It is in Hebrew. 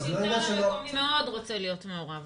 השלטון המקומי מאוד רוצה להיות מעורב.